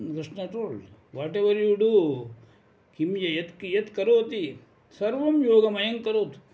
Krishna told whatever you do किं य यत् किं यत् करोति सर्वं योगमयं करोतु